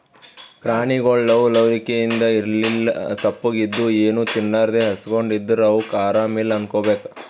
ಪ್ರಾಣಿಗೊಳ್ ಲವ್ ಲವಿಕೆಲಿಂತ್ ಇರ್ಲಿಲ್ಲ ಸಪ್ಪಗ್ ಇದ್ದು ಏನೂ ತಿನ್ಲಾರದೇ ಹಸ್ಕೊಂಡ್ ಇದ್ದರ್ ಅವಕ್ಕ್ ಆರಾಮ್ ಇಲ್ಲಾ ಅನ್ಕೋಬೇಕ್